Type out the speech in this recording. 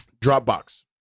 Dropbox